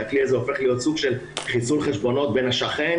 והכלי הזה הופך להיות סוג של חיסול חשבונות בין השכן